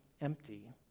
empty